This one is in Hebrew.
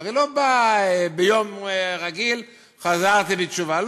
הרי זה לא בא ביום רגיל, חזרתי בתשובה.